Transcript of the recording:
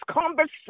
conversation